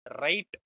right